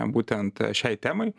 būtent šiai temai